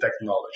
technology